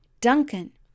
Duncan